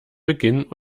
beginn